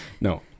no